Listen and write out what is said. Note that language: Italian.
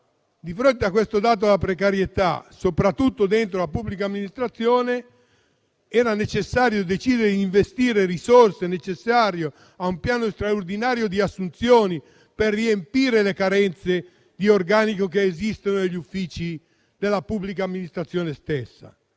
Di fronte al dato della precarietà, soprattutto all'interno della pubblica amministrazione, era necessario decidere di investire risorse necessarie a un piano straordinario di assunzioni per riempire le carenze di organico che esistono negli uffici della pubblica amministrazione stessa.